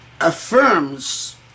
affirms